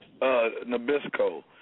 Nabisco